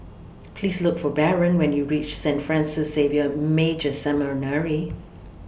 Please Look For Baron when YOU REACH Saint Francis Xavier Major Seminary